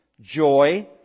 joy